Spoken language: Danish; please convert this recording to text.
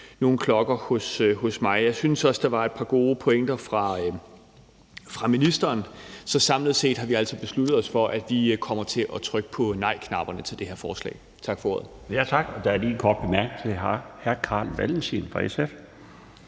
der ringer hos mig. Jeg synes også, der var et par gode pointer fra ministeren. Så samlet set har vi altså besluttet os for, at vi kommer til at trykke på nejknapperne til det her forslag. Tak for ordet. Kl. 21:33 Den fg. formand (Bjarne Laustsen): Tak.